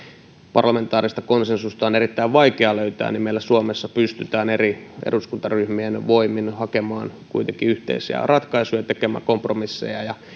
parlamentaarista konsensusta on erittäin vaikea löytää meillä suomessa kuitenkin pystytään eduskuntaryhmien voimin hakemaan yhteisiä ratkaisuja tekemään kompromisseja ja